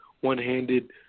one-handed